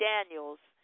Daniels